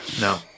No